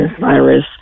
virus